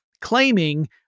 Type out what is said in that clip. claiming